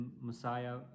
Messiah